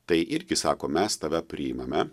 tai irgi sako mes tave priimame